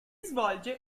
svolge